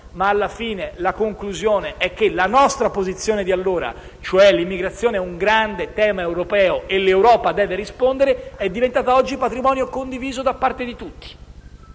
ma alla fine la conclusione è che la nostra posizione di allora (cioè che la migrazione è un grande tema europeo e l'Europa deve rispondere) è diventata oggi patrimonio condiviso da tutti.